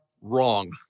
wrong